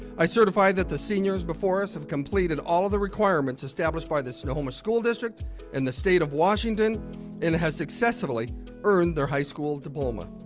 i certify that the seniors before us have completed all of the requirements established by the snohomish school district and the state of washington and has successfully earned their high school diploma.